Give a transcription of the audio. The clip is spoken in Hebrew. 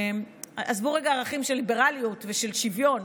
עזבו רגע ערכים של ליברליות ושל שוויון,